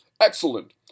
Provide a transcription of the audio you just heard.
Excellent